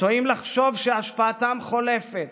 טועים לחשוב שהשפעתן חולפת